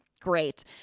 great